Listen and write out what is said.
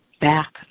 back